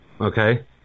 okay